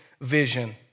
vision